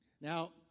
Now